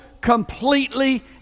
completely